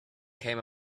came